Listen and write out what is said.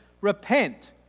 Repent